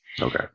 Okay